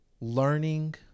learning